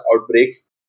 outbreaks